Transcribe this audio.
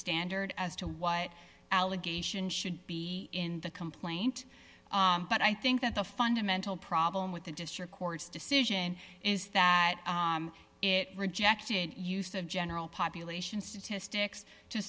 standard as to what allegation should be in the complaint but i think that the fundamental problem with the district court's decision is that it rejected use of general population statistics to